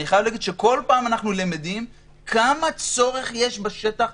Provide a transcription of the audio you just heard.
כל פעם אנחנו למדים כמה צרכים יש בשטח.